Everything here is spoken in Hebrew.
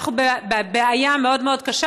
אנחנו בבעיה מאוד מאוד קשה.